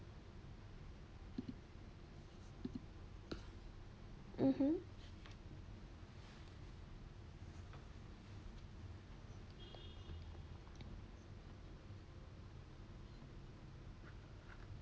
mmhmm